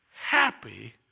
happy